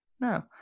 No